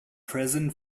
present